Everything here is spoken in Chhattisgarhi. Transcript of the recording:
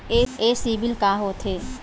ये सीबिल का होथे?